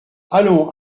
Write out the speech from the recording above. allons